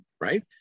right